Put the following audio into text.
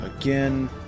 again